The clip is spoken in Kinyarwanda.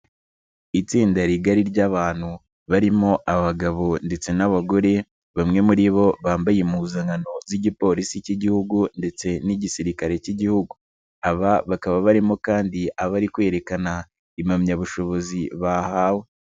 Itsinda rigari ry'abantu barimo abagabo ndetse n'abagore, bamwe muri bo bambaye impuzankano z'igipolisi k'igihugu ndetse n'igisirikari k'igihugu. Aba bakaba barimo kandi abari kwerekana impamyabushobozi bahawe.